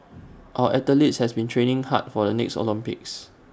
our athletes have been training hard for the next Olympics